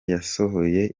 yasohoye